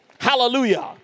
Hallelujah